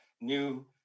new